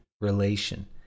relation